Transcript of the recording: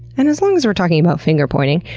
and as long as we're talking about finger-pointing,